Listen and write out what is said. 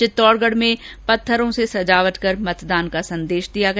चित्तौडगढ़ में पत्थरों से सजावट कर मतदान का संदेश दिया गया